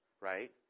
right